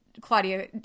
Claudia